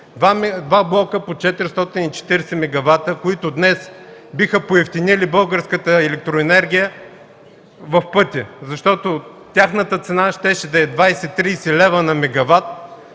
Два блока по 440 мегавата, които днес биха поевтинили българската електроенергия в пъти, защото тяхната цена щеше да е 20-30 лв. на мегават.